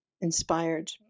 inspired